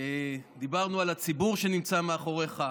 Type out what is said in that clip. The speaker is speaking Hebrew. דיברנו על הציבור שנמצא מאחוריך.